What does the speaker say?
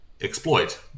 exploit